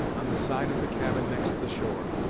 on the side of the cabin next the shore,